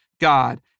God